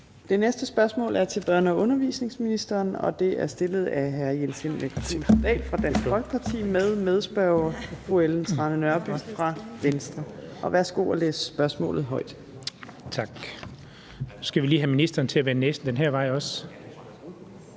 Det næste spørgsmål er til børne- og undervisningsministeren, og det er stillet af hr. Jens Henrik Thulesen Dahl fra Dansk Folkeparti med medspørger fru Ellen Trane Nørby fra Venstre. Kl. 15:09 Spm. nr.